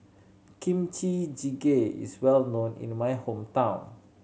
Kimchi Jjigae is well known in my hometown